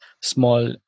small